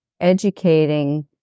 educating